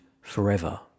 forever